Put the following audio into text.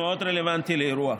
רלוונטי לאירוע.